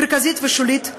מרכזית ושולית,